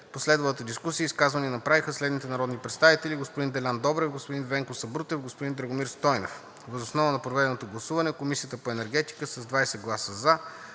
последвалата дискусия изказвания направиха следните народни представители: господин Делян Добрев, господин Венко Сабрутев, господин Драгомир Стойнев. Въз основа на проведеното гласуване Комисията по енергетика с 20 гласа „за“,